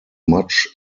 much